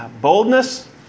boldness